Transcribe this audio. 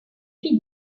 fille